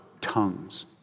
tongues